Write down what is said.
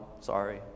sorry